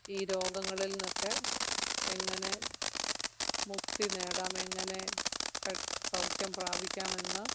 ഈ രോഗങ്ങളിൽ നിന്നൊക്കെ എങ്ങനെ മുക്തി നേടാം എങ്ങനെ സൗഖ്യം പ്രാപിക്കാമെന്ന്